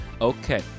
Okay